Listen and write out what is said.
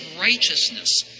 righteousness